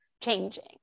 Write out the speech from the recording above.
changing